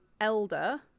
elder